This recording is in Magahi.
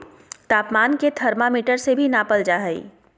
तापमान के थर्मामीटर से भी नापल जा हइ